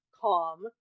calm